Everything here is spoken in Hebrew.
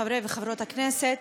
חברי וחברות הכנסת,